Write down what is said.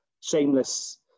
shameless